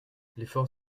l’effort